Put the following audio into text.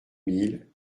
mille